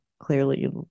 Clearly